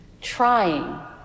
trying